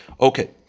okay